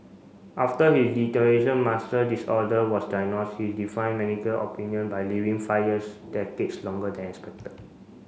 after his muscle disorder was diagnosed he defied medical opinion by living fires decades longer than expected